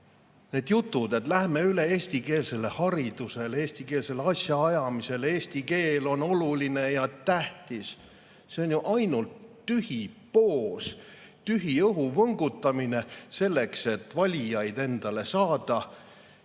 need jutud, et läheme üle eestikeelsele haridusele, eestikeelsele asjaajamisele, et eesti keel on oluline ja tähtis – see on ju ainult tühi poos, tühi õhuvõngutamine selleks, et valijaid endale saada.